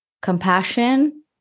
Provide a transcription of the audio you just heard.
compassion